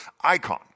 icon